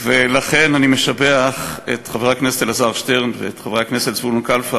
ולכן אני משבח את חבר הכנסת אלעזר שטרן ואת חברי הכנסת זבולון כלפה